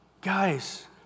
Guys